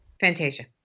Fantasia